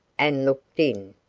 and looked in.